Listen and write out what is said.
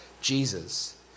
Jesus